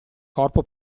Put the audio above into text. corpo